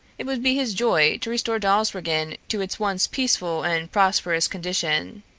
it would be his joy to restore dawsbergen to its once peaceful and prosperous condition.